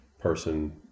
person